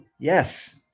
Yes